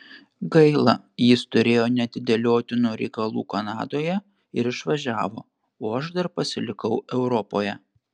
gaila jis turėjo neatidėliotinų reikalų kanadoje ir išvažiavo o aš dar pasilikau europoje